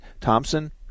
Thompson